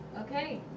okay